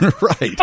Right